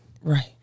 Right